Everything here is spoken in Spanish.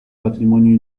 patrimonio